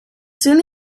soon